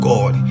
God